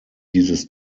dieses